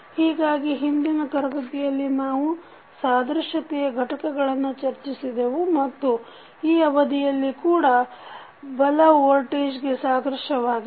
ಹೀಗಾಗಿ ಹಿಂದಿನ ತರಗತಿಯಲ್ಲಿ ನಾವು ಸಾದೃಶ್ಯತೆ ಘಟಕಗಳನ್ನು ಚರ್ಚಿಸಿದೆವು ಮತ್ತು ಈ ಅವಧಿಯಲ್ಲಿ ಕೂಡ ಬಲ ವೋಲ್ಟೇಜ್ಗೆ ಸಾದೃಶ್ಯವಾಗಿದೆ